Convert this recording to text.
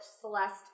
Celeste